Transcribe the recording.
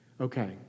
Okay